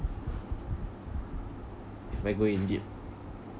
if I go in deep